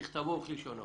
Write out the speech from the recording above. ככתבו וכלשונו.